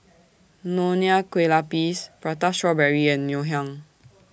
Nonya Kueh Lapis Prata Strawberry and Ngoh Hiang